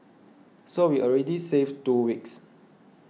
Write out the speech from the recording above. so we already save two weeks